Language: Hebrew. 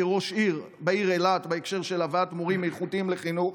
כראש עיר בעיר אילת בהקשר של הבאת מורים איכותיים לחינוך.